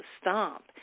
stop